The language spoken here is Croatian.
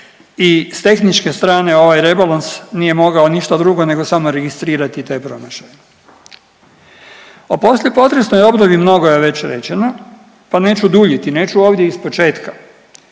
i s tehničke strane ovaj rebalans nije mogao ništa drugo nego samo registrirati taj promašaj. O poslije potresnoj obnovi mnogo je već rečeno, pa neću duljiti, neću ovdje ispočetka,